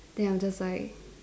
then I'm just like